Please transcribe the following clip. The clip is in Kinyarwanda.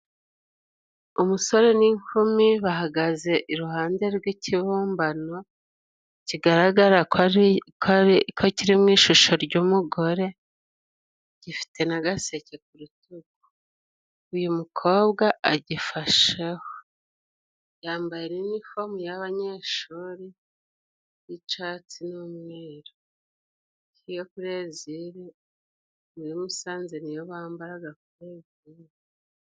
Umusore n'inkumi bahagaze iruhande rw'ikibumbano, kigaragara ko ari ki mu ishusho ry'umugore gifite nagaseke k'urutugu uyu mukobwa agifasheho. Yambaye inifomu y'abanyeshuri y'icatsi n'umweru, niyo kuri Eziri muri Musanze niyo bambararaga kuri Eziri.